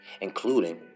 including